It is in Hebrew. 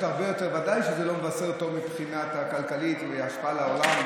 ודאי שזה לא מבשר טוב מבחינה כלכלית וההשפעה על העולם.